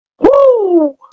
Woo